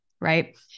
right